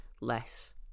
less